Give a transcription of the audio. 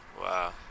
Wow